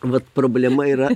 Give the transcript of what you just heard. vat problema yra